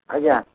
ଆଜ୍ଞା